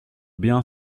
bien